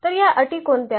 तर या अटी कोणत्या आहेत